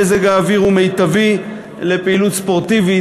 מזג האוויר הוא מיטבי לפעילות ספורטיבית,